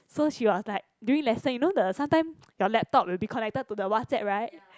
so she was like during lesson you know the sometimes your laptop will be connected to the WhatsApp right